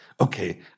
Okay